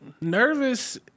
nervous